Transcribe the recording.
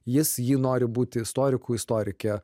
jis ji nori būti istoriku istorike